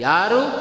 Yaru